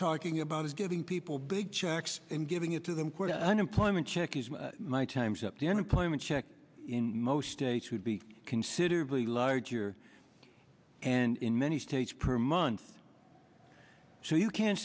talking about is getting people big checks and giving it to them unemployment check my time's up the unemployment check in most states could be considerably larger and in many states per month so you can't